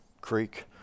creek